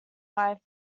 wife